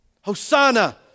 Hosanna